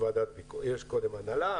יש קודם הנהלה,